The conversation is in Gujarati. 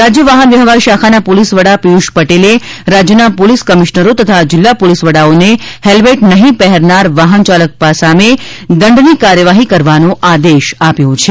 રાજ્ય વાહનવ્યવહાર શાખાના પોલીસ વડા પિયુષ પટેલે રાજ્યના પોલીસ કમીશનરો તથા જીલ્લા પોલીસ વડાઓને ફેલ્મેટ નફી પહેરનાર વાહન ચાલક સામે દંડની કાર્યવાહી કરવાનો આદેશ આપ્યો છે